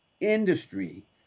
industry